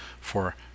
for